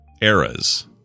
eras